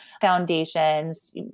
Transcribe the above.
foundations